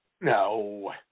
No